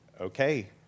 okay